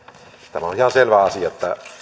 tämä on ihan selvä asia